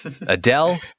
Adele